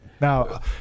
Now